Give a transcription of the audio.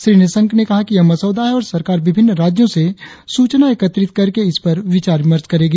श्री निशंक ने कहा कि यह मसौदा है और सरकार विभिन्न राज्यों से सूचना एकत्रित करके इस पर विचार विमर्श करेगी